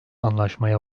anlaşmaya